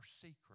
secret